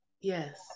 Yes